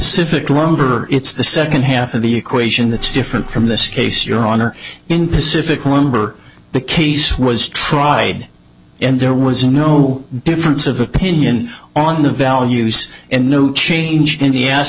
fic lumber it's the second half of the equation that's different from this case your honor in pacific number the case was tried and there was no difference of opinion on the values and no change in the